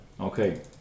Okay